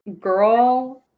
Girl